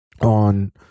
on